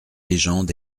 légendes